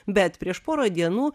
bet prieš porą dienų